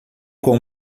com